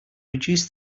reduce